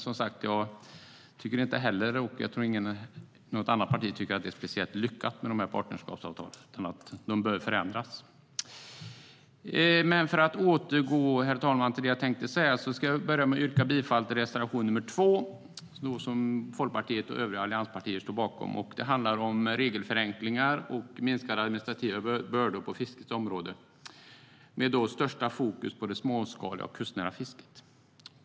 Som sagt tror jag inte att något parti tycker att partnerskapsavtalen är särskilt lyckade, utan de bör förändras. Herr talman! Jag yrkar bifall till reservation nr 2, som Folkpartiet och övriga allianspartier står bakom. Det handlar om regelförenklingar och minskade administrativa bördor på fiskets område och med största fokus på det småskaliga och kustnära fisket.